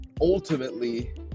ultimately